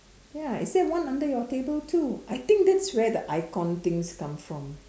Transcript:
ya is there one under your table too I think that's where the icon things come from